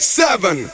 seven